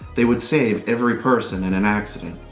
they would save every person in an accident.